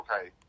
okay